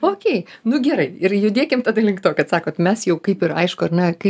okei nu gerai ir judėkim tada link to kad sakot mes jau kaip ir aišku ar ne kai